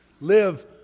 live